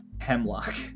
Hemlock